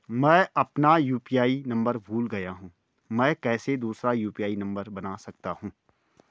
मैं अपना UPI number भूल गया हूँ मैं कैसे दूसरा यु.पी.आई नम्बर बना सकता हूँ?